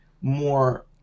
more